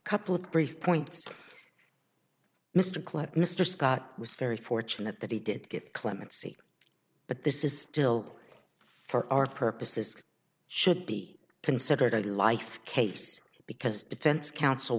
a couple of brief points mr clegg mr scott was very fortunate that he did get clemency but this is still for our purposes should be considered a life case because defense counsel